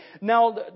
Now